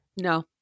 No